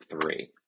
three